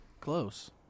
Close